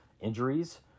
injuries